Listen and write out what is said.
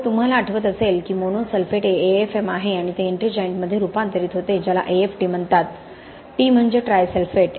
जर तुम्हाला आठवत असेल की मोनो सल्फेट हे AFm आहे आणि ते एट्रिंजाइटमध्ये रुपांतरित होते ज्याला AFt म्हणतात टी म्हणजे ट्राय सल्फेट